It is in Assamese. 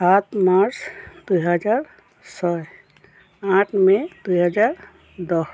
আঠ মাৰ্চ দুই হাজাৰ ছয় আঠ মে' দুই হাজাৰ দহ